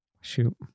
shoot